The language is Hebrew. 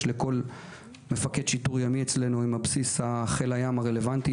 לכל מפקד שיטור ימי אצלנו עם בסיס חיל הים הרלוונטי,